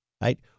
Right